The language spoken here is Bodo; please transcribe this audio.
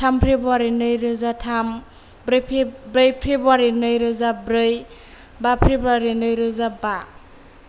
थाम फेब्रुवारि नै रोजा थाम ब्रै फेब्रुवारि नै रोजा ब्रै बा फेब्रुवारि नै रोजा बा